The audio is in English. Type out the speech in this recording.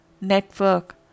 network